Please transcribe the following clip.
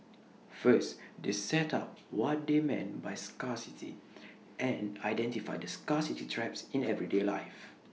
first they set out what they mean by scarcity and identify the scarcity traps in everyday life